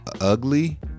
ugly